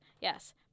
Yes